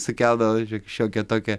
sukeldavo šiokią tokią